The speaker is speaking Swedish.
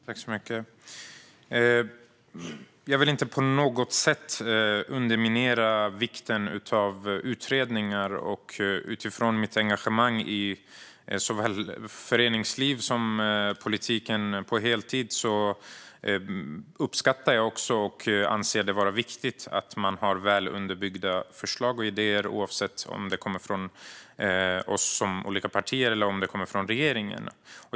Fru talman! Jag vill inte på något sätt förringa vikten av utredningar. Utifrån mitt engagemang i såväl föreningsliv som politik på heltid uppskattar jag och anser det vara viktigt att man har väl underbyggda förslag och idéer, oavsett om de kommer från oss som partier eller om de kommer från regeringen.